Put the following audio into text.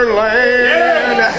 land